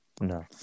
No